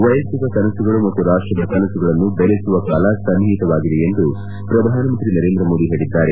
ವೈಯಕ್ತಿಕ ಕನಸುಗಳು ಮತ್ತು ರಾಷ್ಲದ ಕನಸುಗಳನ್ನು ಬೆರೆಸುವ ಕಾಲ ಸನ್ನಿಹಿತವಾಗಿದೆ ಎಂದು ಪ್ರಧಾನಮಂತ್ರಿ ನರೇಂದ್ರ ಮೋದಿ ಹೇಳಿದ್ದಾರೆ